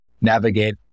navigate